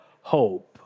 hope